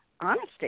honesty